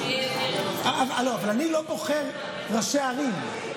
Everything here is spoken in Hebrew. שיהיה, אבל אני לא בוחר ראשי ערים.